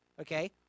okay